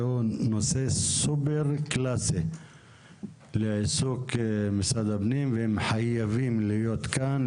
זהו נושא סופר קלאסי לעיסוק משרד הפנים והם חייבים להיות כאן,